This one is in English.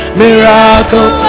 miracle